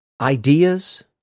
ideas